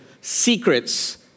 secrets